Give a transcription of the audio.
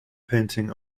painting